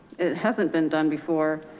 it hasn't been done before.